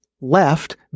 Left